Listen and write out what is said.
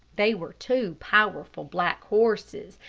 they were two powerful black horses,